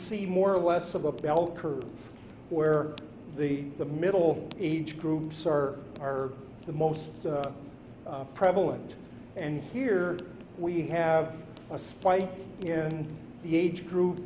see more or less of a bell curve where the the middle age groups are are the most prevalent and here we have a spike in the age group